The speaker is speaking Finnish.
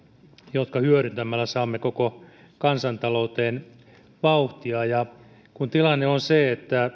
jotka hyödyntämällä saamme koko kansantalouteen vauhtia ja kun tilanne on se että